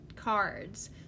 cards